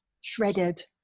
shredded